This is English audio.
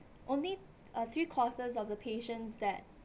only uh three quarters of the patients that